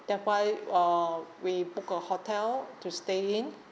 that why uh we book a hotel to stay in